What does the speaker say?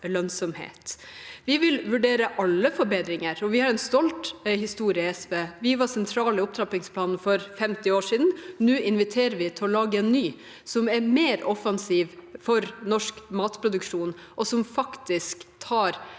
Vi vil vurdere alle forbedringer, og vi har en stolt historie i SV. Vi var sentrale i opptrappingsplanen for 50 år siden. Nå inviterer vi til å lage en ny plan som er mer offensiv for norsk matproduksjon, og som faktisk tar